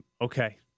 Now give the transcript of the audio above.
okay